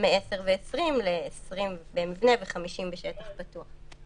מ-10 ו-20 ל-20 במבנה ו-50 בשטח פתוח.